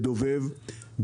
בדובב,